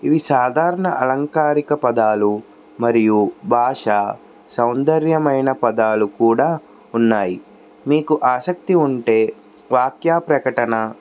ఇవి సాధారణ అలంకారిక పదాలు మరియు భాష సౌందర్యమైన పదాలు కూడా ఉన్నాయి మీకు ఆసక్తి ఉంటే వాక్యా ప్రకటన